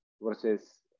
versus